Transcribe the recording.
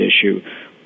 issue